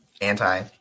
anti